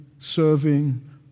serving